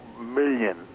million